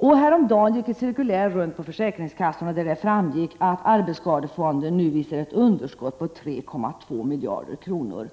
Häromdagen gick ett cirkulär från riksförsäkringsverket runt på försäkringskassorna där det uppgavs att arbetsskadefonden nu visar ett underskott på 3,2 miljarder kronor.